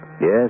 Yes